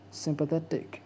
sympathetic